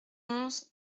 onze